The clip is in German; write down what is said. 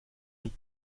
wie